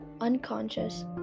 unconscious